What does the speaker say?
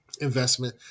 investment